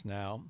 now